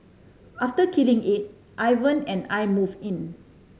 after killing it Ivan and I moved in